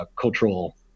cultural